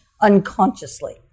unconsciously